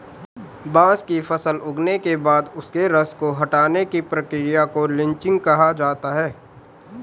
बांस की फसल उगने के बाद उसके रस को हटाने की प्रक्रिया को लीचिंग कहा जाता है